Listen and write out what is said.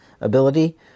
ability